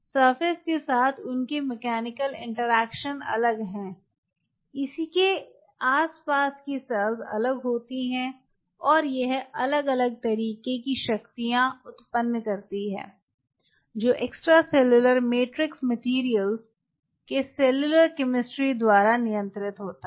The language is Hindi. सरफेस के साथ उनकी मैकेनिकल इंटरेक्शन अलग है इसकी आसपास की सेल्स अलग होती हैं और यह अलग अलग तरह की शक्तियां उत्पन्न करती हैं जो एक्स्ट्रासेलुलर मैट्रिक्स मैटेरियल्स के सेलुलर केमिस्ट्री द्वारा नियंत्रित होता है